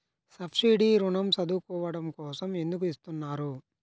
Subsidy ఋణం చదువుకోవడం కోసం ఎందుకు ఇస్తున్నారు?